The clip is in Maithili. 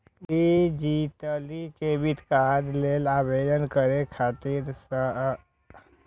डिजिटली क्रेडिट कार्ड लेल आवेदन करै खातिर सबसं पहिने क्रेडिट कार्ड पसंद करू